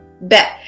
bet